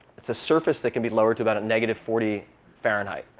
it's a surface that can be lowered to about negative forty fahrenheit.